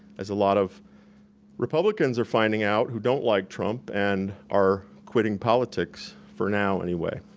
as a lot of republicans are finding out who don't like trump and are quitting politics for now anyway.